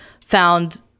found